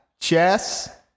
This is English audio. Chess